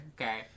Okay